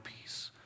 peace